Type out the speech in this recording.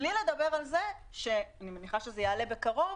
בלי לדבר על זה, אני מניחה שזה יעלה בקרוב,